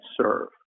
serve